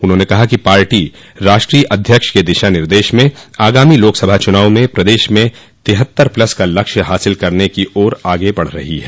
उन्होंने कहा कि पार्टी राष्ट्रीय अध्यक्ष के दिशा निर्देशन में आगामी लोकसभा चुनाव में प्रदेश में तिहत्तर प्लस का लक्ष्य हासिल करने की ओर आगे बढ़ रही है